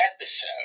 episode